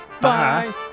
Bye